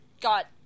got